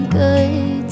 good